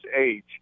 age